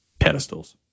pedestals